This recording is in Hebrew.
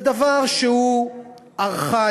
זה דבר שהוא ארכאי,